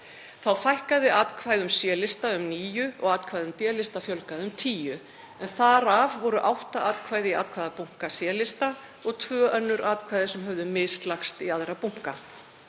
Þá fækkaði atkvæðum C-lista um níu og atkvæðum D-lista fjölgaði um 10, en þar af voru átta atkvæði í atkvæðabunka C-lista og tvö önnur atkvæði sem höfðu mislagst í aðra bunka.